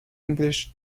english